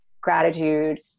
gratitude